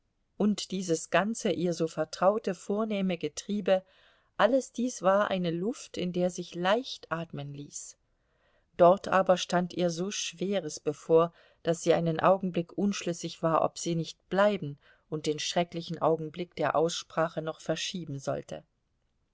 und dieses ganze ihr so vertraute vornehme getriebe alles dies war eine luft in der sich leicht atmen ließ dort aber stand ihr so schweres bevor daß sie einen augenblick unschlüssig war ob sie nicht bleiben und den schrecklichen augenblick der aussprache noch verschieben sollte